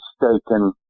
mistaken